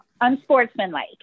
Unsportsmanlike